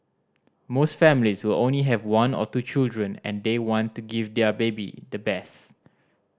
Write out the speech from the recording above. most families will only have one or two children and they want to give their baby the best